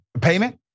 payment